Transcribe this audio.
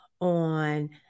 on